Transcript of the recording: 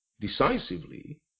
decisively